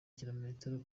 kilometero